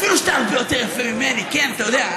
אפילו שאתה הרבה יותר יפה ממני, אתה יודע?